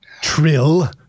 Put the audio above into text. Trill